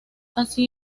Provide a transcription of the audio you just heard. así